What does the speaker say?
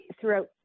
throughout